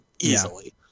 easily